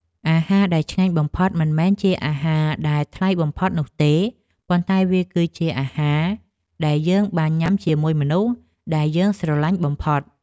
អាហារដែលឆ្ងាញ់បំផុតមិនមែនជាអាហារដែលថ្លៃបំផុតនោះទេ ប៉ុន្តែវាគឺជាអាហារដែលយើងបានញ៉ាំជាមួយមនុស្សដែលយើងស្រលាញ់បំផុត។